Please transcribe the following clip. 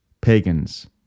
pagans